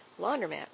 laundromat